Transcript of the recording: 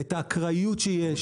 את האקראיות שיש.